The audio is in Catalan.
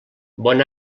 bon